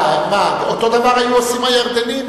אותו הדבר היו עושים הירדנים.